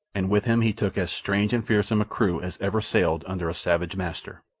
and with him he took as strange and fearsome a crew as ever sailed under a savage master.